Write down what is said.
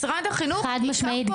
חד-משמעית,